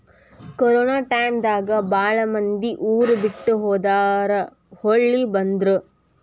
corona time ದಾಗ ಬಾಳ ಮಂದಿ ಊರ ಬಿಟ್ಟ ಹೊದಾರ ಹೊಳ್ಳಿ ಬಂದ್ರ